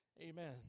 Amen